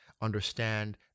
Understand